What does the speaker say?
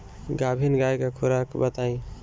गाभिन गाय के खुराक बताई?